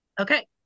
okay